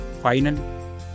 Final